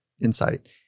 insight